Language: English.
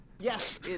Yes